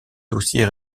dossier